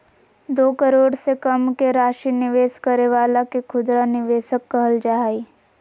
दो करोड़ से कम के राशि निवेश करे वाला के खुदरा निवेशक कहल जा हइ